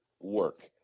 work